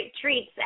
treats